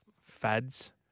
fads